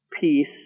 peace